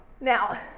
Now